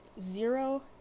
zero